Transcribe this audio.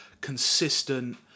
consistent